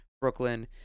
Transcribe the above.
Brooklyn